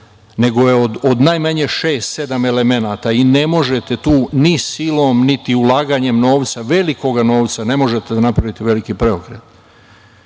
nego je od najmanje šest, sedam elemenata i ne možete tu ni silom, niti ulaganjem novca, velikog novca, ne možete da napravite veliki preokret. Bavim